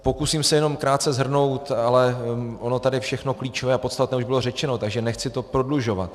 Pokusím se jenom krátce shrnout, ale ono tady všechno klíčové a podstatné už bylo řečeno, takže nechci to prodlužovat.